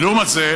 ולעומת זה,